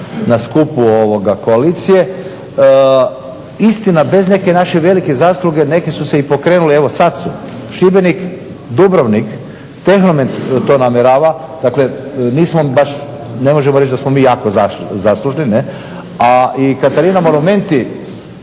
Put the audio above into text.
na skupu koalicije. Istina bez neke naše velike zasluge, neke su se i pokrenule. Evo sad su Šibenik, Dubrovnik, Tehno men to namjerava. Dakle, nismo baš, ne možemo reći da smo mi jako zaslužni. A i Katarina monumenti